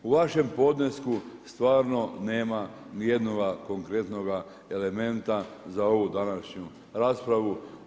U vašem podnesku stvarno nema niti jednoga konkretnoga elementa za ovu današnju raspravu.